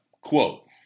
Quote